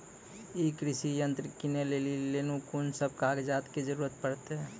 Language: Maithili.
ई कृषि यंत्र किनै लेली लेल कून सब कागजात के जरूरी परतै?